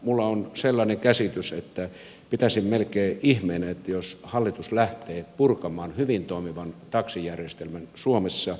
minulla on sellainen käsitys että pitäisin melkein ihmeenä jos hallitus lähtee purkamaan hyvin toimivan taksijärjestelmän suomessa